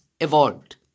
evolved